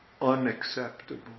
Unacceptable